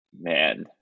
man